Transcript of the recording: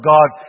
God